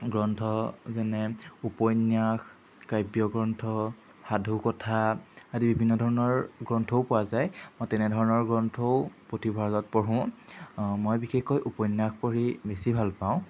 গ্ৰন্থ যেনে উপন্যাস কাব্যগ্ৰন্থ সাধুকথা আদি বিভিন্ন ধৰণৰ গ্ৰন্থও পোৱা যায় মই তেনেধৰণৰ গ্ৰন্থও পুথিভঁৰালত পঢ়োঁ মই বিশেষকৈ উপন্যাস পঢ়ি বেছি ভাল পাওঁ